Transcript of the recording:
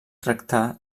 tractà